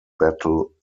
battle